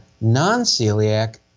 non-celiac